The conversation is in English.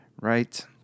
right